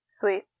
Sweet